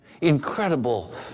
Incredible